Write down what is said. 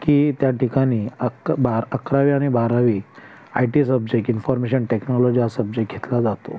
की त्या ठिकाणी अक बारा अकरावी आणि बारावी I T subject information technology हा सब्जेक घेतला जातो